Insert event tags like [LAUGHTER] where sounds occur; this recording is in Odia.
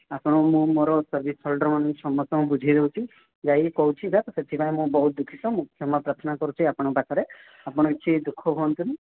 ଆପଣଙ୍କୁ ମୁଁ ମୋର ସର୍ଭିସ୍ ହୋଲ୍ଡର ବନେଇଛି ସମସ୍ତଙ୍କୁ ବୁଝେଇ ଦେଉଛି ଯାଇକି କହୁଛି ସାର୍ ସେଥିପାଇଁ ମୁଁ ବହୁତ ଦୁଃଖିତ ମୁଁ କ୍ଷମା ପ୍ରାର୍ଥନା କରୁଛି ଆପଣଙ୍କ ପାଖରେ ଆପଣ [UNINTELLIGIBLE] ଦୁଃଖ ହୁଅନ୍ତୁନି